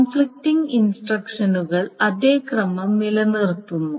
conflicting ഇൻസ്ട്രക്ഷനുകൾ അതേ ക്രമം നിലനിർത്തുന്നു